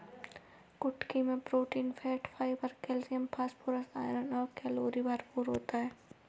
कुटकी मैं protein, fat, fibre, calcium, phosphorus, iron और कैलोरी भरपूर होती है